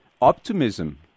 optimism